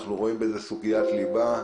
אנחנו רואים בזה סוגיית ליבה,